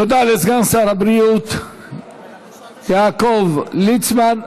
תודה לסגן שר הבריאות יעקב ליצמן.